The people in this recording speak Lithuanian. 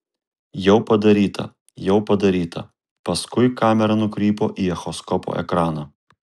jau padaryta jau padaryta paskui kamera nukrypo į echoskopo ekraną